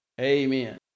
Amen